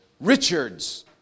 richard's